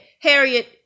Harriet